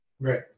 Right